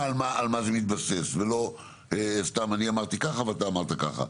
על מה זה מתבסס ולא סתם אני אמרתי ככה ואתה אמרת ככה.